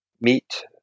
meet